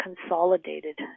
consolidated